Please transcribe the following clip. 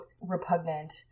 repugnant